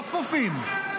לא כפופים.